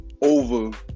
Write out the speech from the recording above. over